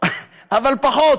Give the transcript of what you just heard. פחות,